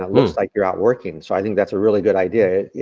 it looks like you're out working, so i think that's a really good idea.